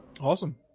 awesome